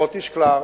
מוטי שקלאר,